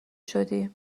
شدی